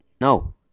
no